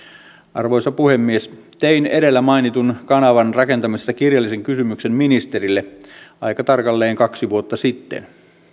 arvoisa puhemies tein edellä mainitun kanavan rakentamisesta kirjallisen kysymyksen ministerille aika tarkalleen kaksi vuotta sitten